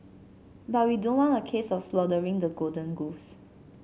but we don't want a case of slaughtering the golden goose